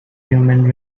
human